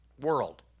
world